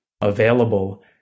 available